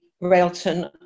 Railton